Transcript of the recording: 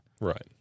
right